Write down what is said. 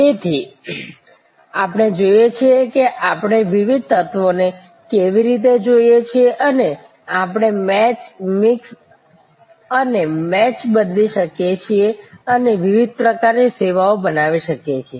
તેથી આપણે જોઈએ છીએ કે આપણે વિવિધ તત્વોને કેવી રીતે જોઈએ છીએ અને આપણે મેચ મિક્સ અને મેચ બદલી શકીએ છીએ અને વિવિધ પ્રકારની સેવાઓ બનાવી શકીએ છીએ